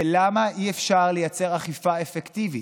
ולמה אי-אפשר לייצר אכיפה אפקטיבית?